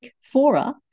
fora